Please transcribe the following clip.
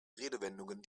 redewendungen